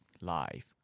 life